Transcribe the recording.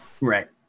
Right